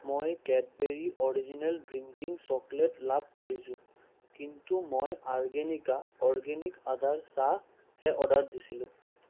মই Cadbury original drinking chocolate love কৰিছোঁ কিন্তু মই আৰ্গেনিকা অৰ্গেনিক আদাৰ চাহহে অৰ্ডাৰ দিছিলোঁ